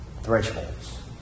thresholds